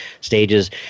stages